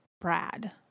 brad